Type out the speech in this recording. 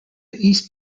east